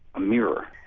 a mirror.